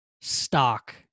stock